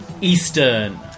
Eastern